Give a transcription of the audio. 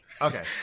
Okay